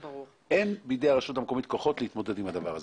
אין בידי הרשות המקומית כוחות להתמודד עם הדבר הזה.